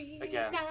again